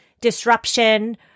disruption